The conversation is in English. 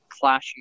clashing